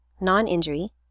Non-injury